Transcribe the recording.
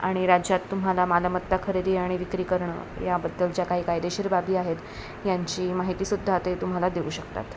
आणि राज्यात तुम्हाला मालमत्ता खरेदी आणि विक्री करणं याबद्दल ज्या काही कायदेशीरबाबी आहेत यांची माहिती सुद्धा ते तुम्हाला देऊ शकतात